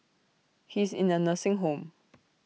he is in A nursing home